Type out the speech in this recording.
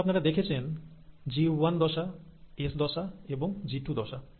এখন আপনারা দেখেছেন জি ওয়ান দশা এস দশা এবং জিটু দশা